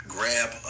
Grab